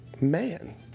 man